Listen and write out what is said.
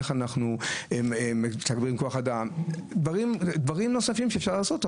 איך אנחנו מתגברים כוח אדם או דברים נוספים שאפשר לעשות,